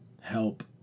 help